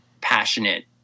passionate